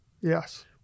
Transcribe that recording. Yes